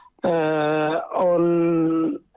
on